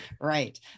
Right